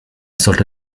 sollte